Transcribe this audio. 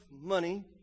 money